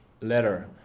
letter